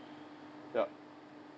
yup